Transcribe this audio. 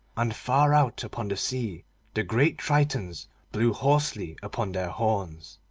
and far out upon the sea the great tritons blew hoarsely upon their horns.